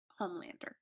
Homelander